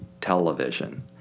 television